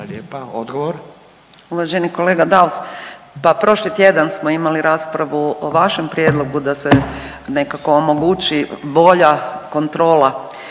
Urša (Možemo!)** Uvaženi kolega Daus, pa prošli tjedan smo imali raspravu o vašem prijedlogu da se nekako omogući bolja kontrola